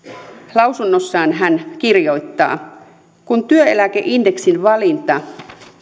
lausunnossaan hän kirjoittaa kun työeläkeindeksin valinta